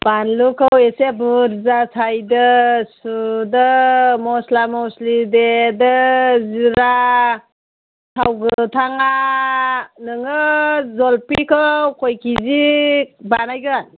बानलुखौ एसे बुरजा सायदो सुदो मस्ला मस्लि देदो जिरा थाव गोथांआ नोङो जलफिखौ खय केजि बानायगोन